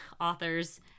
authors